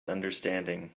understanding